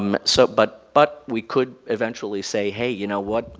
um so but but we could eventually say, hey, you know what?